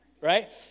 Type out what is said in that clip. Right